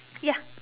ya